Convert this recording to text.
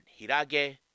Hirage